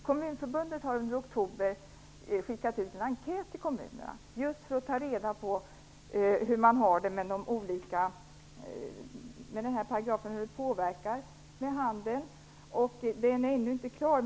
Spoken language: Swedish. Kommunförbundet har under oktober sänt ut en enkät till kommunerna just för att ta reda på hur paragrafen påverkar handeln. Resultatet är ännu inte klart.